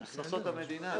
הכנסות המדינה.